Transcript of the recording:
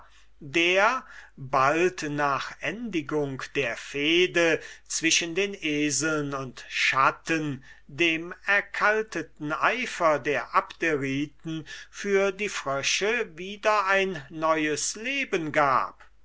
der bald nach endigung der fehde zwischen den eseln und schatten dem erkalteten eifer der abderiten für die frösche wieder ein neues leben gab